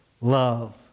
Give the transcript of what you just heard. love